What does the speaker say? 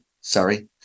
sorry